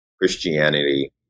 Christianity